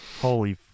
Holy